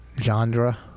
genre